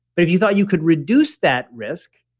but if you thought you could reduce that risk,